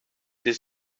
his